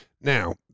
Now